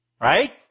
Right